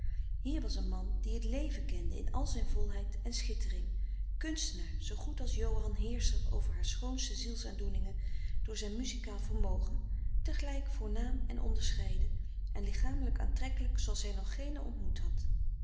hier was een man die het leven kende in al zijn volheid en schittering kunstenaar zoo goed als johan frederik van eeden van de koele meren des doods heerscher over haar schoonste zielsaandoeningen door zijn muziekaal vermogen tegelijk voornaam en onderscheiden en lichamelijk aantrekkelijk zooals zij er nog geenen ontmoet had